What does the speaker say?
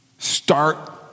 Start